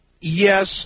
Yes